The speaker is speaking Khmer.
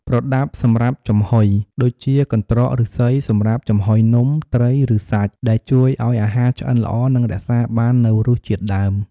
ប្រដាប់សម្រាប់ចំហុយ ៖ ដូចជា កន្ត្រកឫស្សីសម្រាប់ចំហុយនំ ត្រី ឬសាច់ ដែលជួយឱ្យអាហារឆ្អិនល្អ និងរក្សាបាននូវរសជាតិដើម។